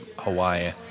Hawaii